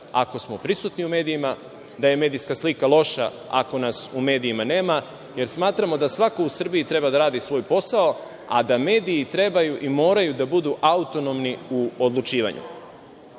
ako smo prisutni u medijima, da je medijska slika loša ako nas u medijima nema, jer smatramo da svako u Srbiji treba da radi svoj posao, a da mediji trebaju i moraju da budu autonomni u odlučivanju. Takođe,